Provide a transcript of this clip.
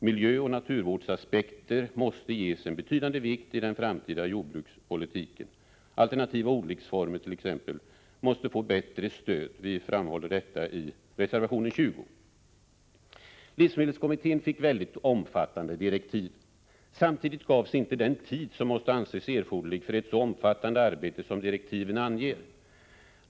Miljöoch naturvårdsaspekter måste ges en betydande vikt i den framtida jordbrukspolitiken. Alternativa odlingsformer måste t.ex. få bättre stöd. Detta framhåller vi i reservation 20. Livsmedelskommittén fick mycket omfattande direktiv. Kommittén gavs dock inte den tid som måste anses erforderlig för ett så omfattande arbete som direktiven anger.